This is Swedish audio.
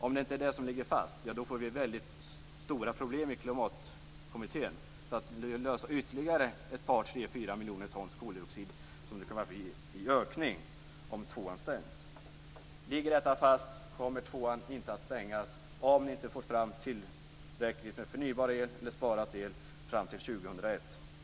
Om det inte är det som ligger fast så får vi väldigt stora problem i Klimatkommittén för att lösa en ökning med ytterligare 2-4 miljoner ton koldioxid som det kommer att bli om tvåan stängs. Ligger detta fast? Kommer tvåan inte att stängas om ni inte får fram tillräckligt med förnybar el eller sparad el fram till år 2001?